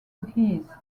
his